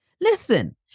Listen